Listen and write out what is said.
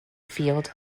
field